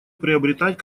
приобретать